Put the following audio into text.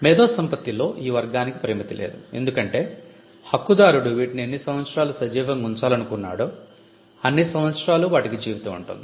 మేధో సంపత్తిలో ఈ వర్గానికి పరిమితి లేదు ఎందుకంటే హక్కుదారుడు వీటిని ఎన్ని సంవత్సరాలు సజీవంగా ఉంచాలనుకుంటాడో అన్ని సంవత్సరాలు వాటికి జీవితం ఉంటుంది